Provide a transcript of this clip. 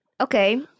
okay